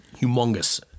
humongous